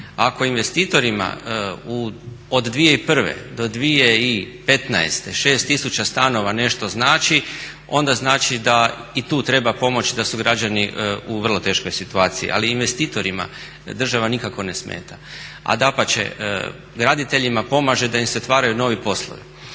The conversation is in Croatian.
Ako investitorima od 2001. do 2015. 6000 stanova nešto znači onda znači da i tu treba pomoći, da su građani u vrlo teškoj situaciji. Ali investitorima država nikako ne smeta. A dapače, graditeljima pomaže da im se otvaraju novi poslovi.